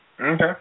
Okay